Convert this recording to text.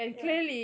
ya